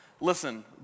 Listen